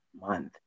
month